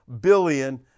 billion